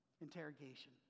interrogation